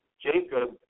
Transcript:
Jacob